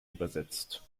übersetzt